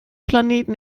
planeten